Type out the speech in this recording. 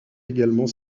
également